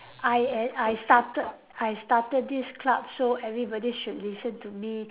I at I started I started this club so everybody should listen to me